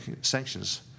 sanctions